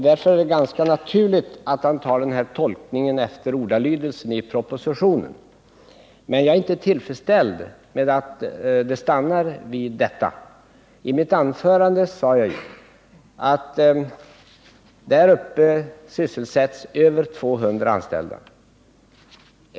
Därför är det också ganska naturligt att han gör en tolkning efter ordalydelsen i propositionen. Jag är emellertid inte nöjd med att det stannar vid detta. I mitt anförande sade jag att man där uppe sysselsätter över 200 anställda.